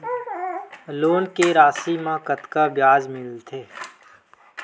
Loan के राशि मा कतका ब्याज मिलथे?